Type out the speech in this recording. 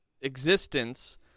existence